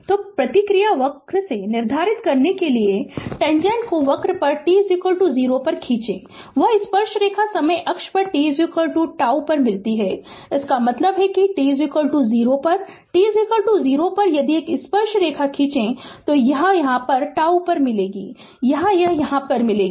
Refer Slide Time 1621 तो प्रतिक्रिया वक्र से निर्धारित करने के लिए टेन्जेट को वक्र पर t 0 पर खींचें वह स्पर्शरेखा समय अक्ष पर t τ पर मिलती है इसका मतलब है कि t 0 पर t 0 यदि एक स्पर्श रेखा खींचे तो यह यहाँ τ पर मिलेगी यहाँ यह पर मिलेगी